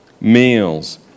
meals